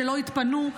שלא התפנו,